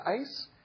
ice